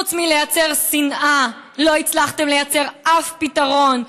חוץ מלייצר שנאה לא הצלחתם לייצר אף פתרון,